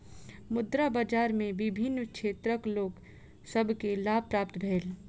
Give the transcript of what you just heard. मुद्रा बाजार में विभिन्न क्षेत्रक लोक सभ के लाभ प्राप्त भेल